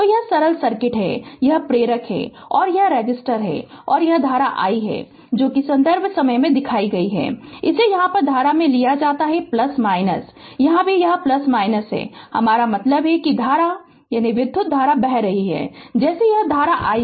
तो यह सरल सर्किट है यह प्रेरक है और यह रेसिस्टर है और यह धारा i है और संदर्भ समय 0705 इसे यहां धारा में लिया जाता है यहां भी यह है हमारा मतलब है कि धारा विधुत धारा है बह रही है जैसी यह धारा है i